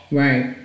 right